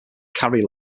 carry